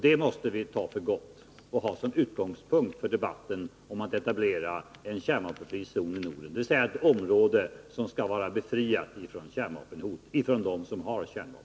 Det måste vi ta för gott och ha som utgångspunkt för debatten om att etablera en kärnvapenfri zon i Norden, dvs. ett område som skall vara befriat från kärnvapenhot från dem som har kärnvapen.